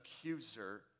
accuser